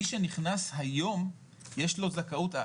מי שנכנס היום יש לו זכאות,